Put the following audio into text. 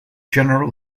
general